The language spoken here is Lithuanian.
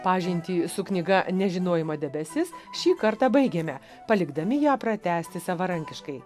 pažintį su knyga nežinojimo debesis šį kartą baigėme palikdami ją pratęsti savarankiškai